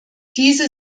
diese